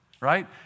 right